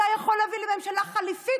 אתה יכול להביא לממשלה חליפית,